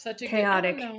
Chaotic